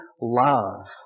love